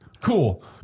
Cool